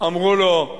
אמרו לו: